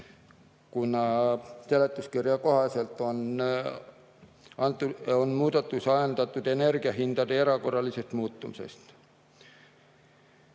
kuna seletuskirja kohaselt on muudatus ajendatud energiahindade erakorralisest muutumisest.